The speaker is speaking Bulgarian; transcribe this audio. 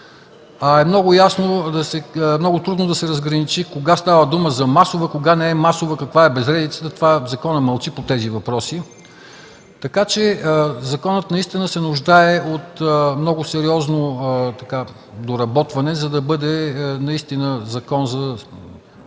а е много трудно да се разграничи кога става дума за масова, кога не е масова, каква е безредицата. Законът мълчи по тези въпроси, така че той наистина се нуждае от много сериозно доработване, за да бъде закон в